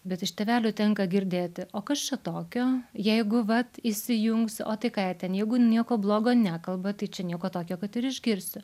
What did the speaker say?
bet iš tėvelių tenka girdėti o kas čia tokio jeigu vat įsijungs o tai ką jie ten jeigu nieko blogo nekalba tai čia nieko tokio kad ir išgirsiu